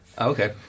Okay